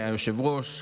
והיושב-ראש,